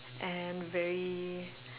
and very